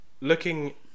looking